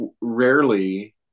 rarely